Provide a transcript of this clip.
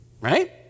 right